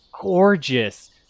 gorgeous